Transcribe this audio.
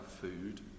food